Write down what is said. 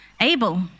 Abel